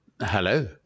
hello